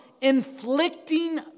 inflicting